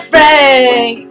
Frank